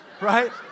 right